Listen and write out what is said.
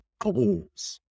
goals